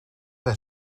hij